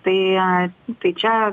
tai ai tai čia